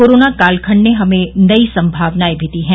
corona कालखंड ने हमें नई सम्भावनाएं भी दी हैं